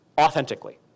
authentically